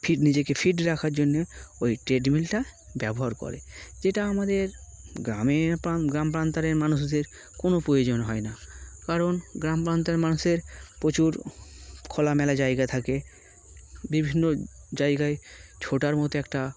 ফি নিজেকে ফিট রাখার জন্যে ওই ট্রেডমিলটা ব্যবহার করে যেটা আমাদের গ্রামে গ্রাম প্রান্তের মানুষদের কোনো প্রয়োজন হয় না কারণ গ্রাম প্রান্তের মানুষের প্রচুর খোলামেলা জায়গা থাকে বিভিন্ন জায়গায় ছোটার মতো একটা